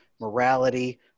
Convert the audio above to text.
morality